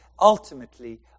ultimately